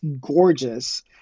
gorgeous